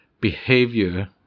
behavior